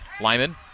Lyman